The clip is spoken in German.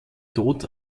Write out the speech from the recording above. tod